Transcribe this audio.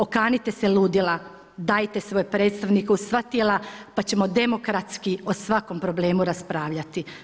Okanite se ludila, dajte svoj predstavniku sva tijela pa ćemo demokratski o svakom problemu raspravljati.